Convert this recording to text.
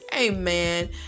Amen